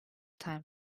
time